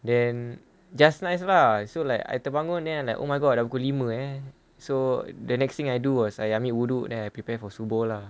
then just nice lah so like I terbangun then like oh my god dah pukul lima eh so the next thing I do was I ambil wuduk then I prepare for subuh lah